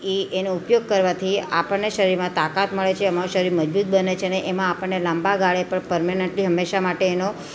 એ એનો ઉપયોગ કરવાથી આપણને શરીરમાં તાકાત મળે છે એમાં શરીર મજબૂત બને છે અને એમાં આપણને લાંબા ગાળે પર પરમનેન્ટલી હંમેશા માટે એનો